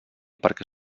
perquè